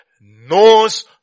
knows